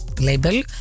label